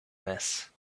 this